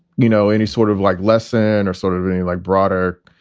you know, any sort of like lesson or sort of any like broader.